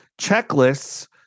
Checklists